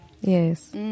Yes